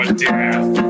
death